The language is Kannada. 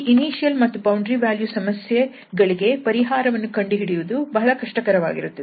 ಈ ಇನಿಶಿಯಲ್ ಮತ್ತು ಬೌಂಡರಿ ವ್ಯಾಲ್ಯೂ ಸಮಸ್ಯೆ ಗಳಿಗೆ ಪರಿಹಾರವನ್ನು ಕಂಡು ಹಿಡಿಯುವುದು ಬಹಳ ಕಷ್ಟಕರವಾಗಿರುತ್ತದೆ